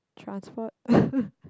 transport